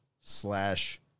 slash